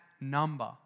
number